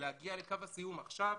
להגיע לקו הסיום עכשיו.